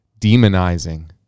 demonizing